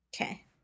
Okay